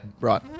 Right